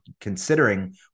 considering